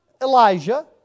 Elijah